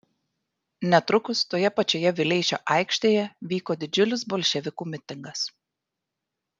netrukus toje pačioje vileišio aikštėje vyko didžiulis bolševikų mitingas